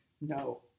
no